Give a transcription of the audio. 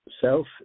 self